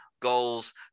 Goals